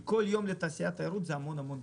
כי כל יום לתעשיית התיירות זה המון כסף.